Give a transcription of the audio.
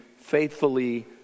faithfully